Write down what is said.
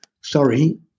sorry